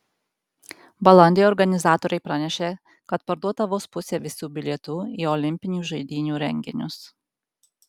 balandį organizatoriai pranešė kad parduota vos pusė visų bilietų į olimpinių žaidynių renginius